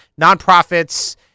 nonprofits